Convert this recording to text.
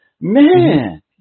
Man